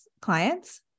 clients